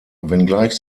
wenngleich